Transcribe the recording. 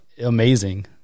Amazing